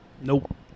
Nope